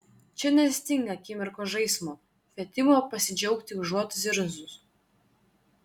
čia nestinga akimirkos žaismo kvietimo pasidžiaugti užuot zirzus